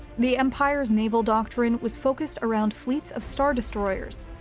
the empire's naval doctrine was focused around fleets of star destroyers,